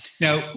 Now